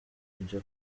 kujya